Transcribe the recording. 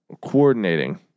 Coordinating